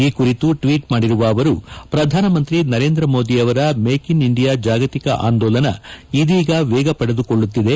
ಈ ಕುರಿತು ಟ್ವೀಟ್ ಮಾಡಿರುವ ಅವರು ಪ್ರಧಾನಮಂತ್ರಿ ನರೇಂದ್ರ ಮೋದಿ ಅವರ ಮೇಕ್ ಇನ್ ಇಂಡಿಯಾ ಜಾಗತಿಕ ಆಂದೋಲನ ಇದೀಗ ವೇಗ ಪಡೆದುಕೊಳ್ಳುತ್ತಿದೆ